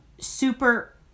super